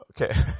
Okay